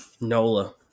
NOLA